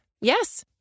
Yes